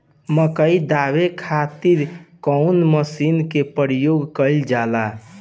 मकई दावे खातीर कउन मसीन के प्रयोग कईल जाला?